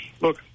look